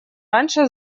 раньше